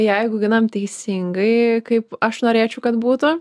jei auginam teisingai kaip aš norėčiau kad būtų